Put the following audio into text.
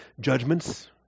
judgments